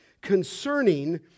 concerning